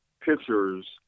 pictures